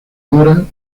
ahora